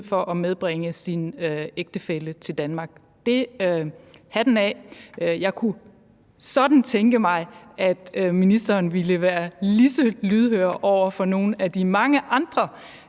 for at medbringe sin ægtefælle til Danmark. Hatten af for det. Jeg kunne sådan tænke mig, at ministeren ville være lige så lydhør over for nogle af de mange andre